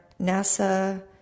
NASA